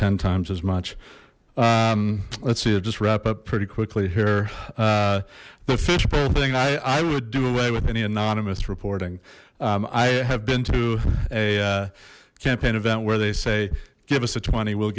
ten times as much let's see if just wrap up pretty quickly here the fishbowl thing i would do away with any anonymous reporting i have been to a campaign event where they say give us a twenty we'll